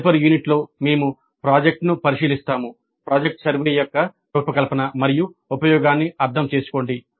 తదుపరి యూనిట్లో మేము ప్రాజెక్ట్ను పరిశీలిస్తాము ప్రాజెక్ట్ సర్వే యొక్క రూపకల్పన మరియు ఉపయోగాన్ని అర్థం చేసుకోండి